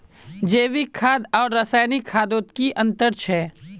जैविक खाद आर रासायनिक खादोत की अंतर छे?